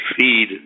feed